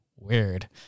weird